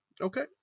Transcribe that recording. Okay